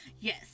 Yes